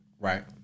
Right